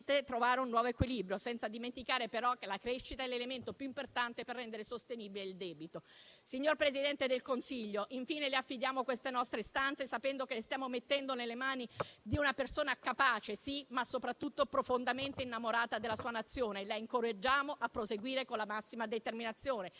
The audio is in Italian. trovare un nuovo equilibrio, senza dimenticare però che la crescita è l'elemento più importante per rendere sostenibile il debito. Signor Presidente del Consiglio, infine le affidiamo queste nostre istanze, sapendo che le stiamo mettendo nelle mani di una persona capace, sì, ma soprattutto profondamente innamorata della sua Nazione. La incoraggiamo a proseguire con la massima determinazione,